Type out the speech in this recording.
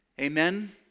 Amen